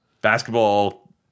basketball